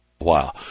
Wow